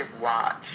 watch